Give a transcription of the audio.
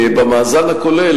במאזן הכולל,